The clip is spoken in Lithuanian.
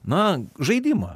na žaidimą